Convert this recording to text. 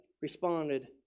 responded